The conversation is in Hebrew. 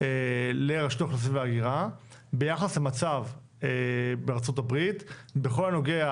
לרשות האוכלוסין וההגירה ביחס למצב בארצות הברית בכל הנוגע,